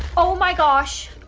oh, my gosh.